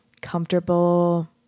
comfortable